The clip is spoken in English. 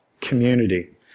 community